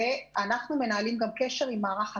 אנחנו גם מנהלים קשר עם מערך הת"ש,